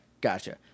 gotcha